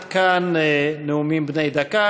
עד כאן נאומים בני דקה.